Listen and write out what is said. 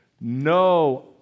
No